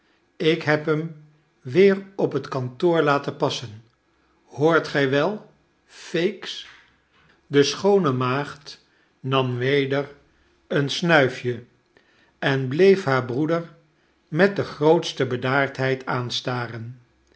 ik heb hem weer op het kantoor laten passen hoort gij wel feeks de schoone maagd nam weder een snuifje en bleef haar breeder met de grootste bedaardheid aanstaren